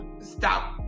stop